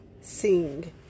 sing